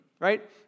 right